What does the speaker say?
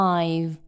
Five